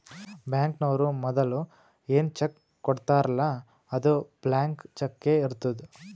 ಬ್ಯಾಂಕ್ನವ್ರು ಮದುಲ ಏನ್ ಚೆಕ್ ಕೊಡ್ತಾರ್ಲ್ಲಾ ಅದು ಬ್ಲ್ಯಾಂಕ್ ಚಕ್ಕೇ ಇರ್ತುದ್